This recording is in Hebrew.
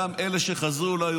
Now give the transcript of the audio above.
אתה מוציא גופות.